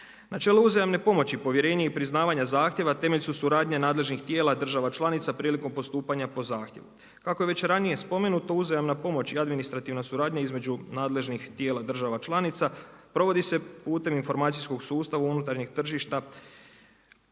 Načelo uzajamne pomoći, povjerenje i priznavanje zahtjeva temelj su suradnje nadležnih tijela država članica prilikom postupanja po zahtjevu. Kako je već ranije spomenuto uzajamna pomoć i administrativna suradnja između nadležnih tijela država članica provodi se putem informacijskog sustava unutarnjeg tržišta